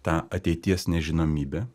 tą ateities nežinomybę